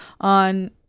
on